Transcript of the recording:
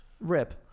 Rip